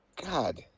God